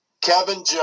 Kevin